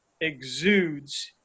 exudes